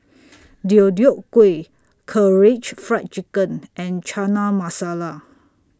Deodeok Gui Karaage Fried Chicken and Chana Masala